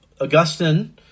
Augustine